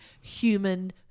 human